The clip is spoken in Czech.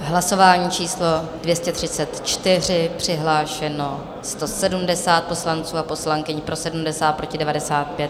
Hlasování číslo 234, přihlášeno 170 poslankyň a poslanců, pro 70, proti 95.